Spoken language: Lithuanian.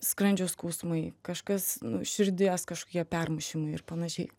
skrandžio skausmai kažkas nu širdies kažkokie permušimai ir panašiai